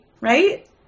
right